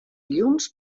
llums